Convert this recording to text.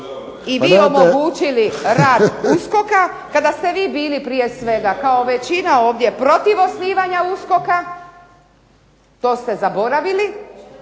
vi omogućili rad USKOK-a kada ste vi bili prije svega kao većina ovdje protiv osnivanja USKOK-a. to ste zaboravili.